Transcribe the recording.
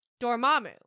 Dormammu